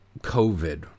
COVID